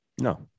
No